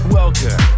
welcome